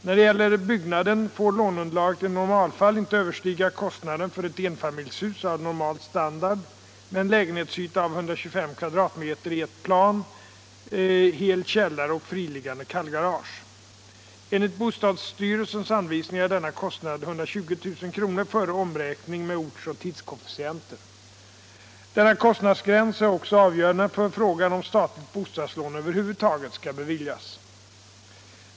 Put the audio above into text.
När det gäller byggnaden får låneunderlaget i normalfall inte överstiga kostnaden för ett enfamiljshus av normal standard med en lägenhetsyta av 125 m? i ett plan, hel källare och friliggande kallgarage. Enligt bostadsstyrelsens anvisningar är denna kostnad 120 000 kr. före omräkning med ortsoch tidskoefficienter. Denna kostnadsgräns är också avgörande för frågan om statligt bostadslån över huvud taget skall beviljas.